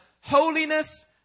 holiness